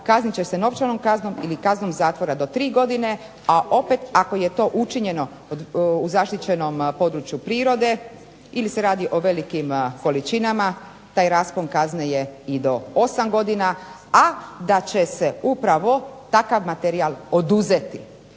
kaznit će se novčanom kaznom ili kaznom zatvora do 3 godine, a opet ako je to učinjeno u zaštićenom području prirode ili se radi o velikim količinama taj raspon kazne je i do 8 godina, a da će se upravo takav materijal oduzeti.